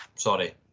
Sorry